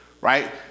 Right